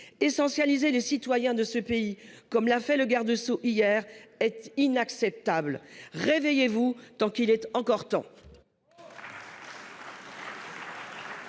Essentialiser les citoyens de ce pays, comme l’a fait le garde des sceaux hier, est inacceptable. Réveillez vous, tant qu’il en est encore temps